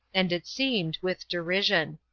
and it seemed with derision.